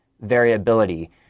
variability